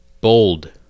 bold